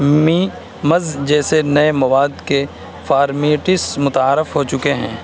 memes جیسے نئے مواد کے فارمیٹس متعارف ہو چکے ہیں